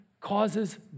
causes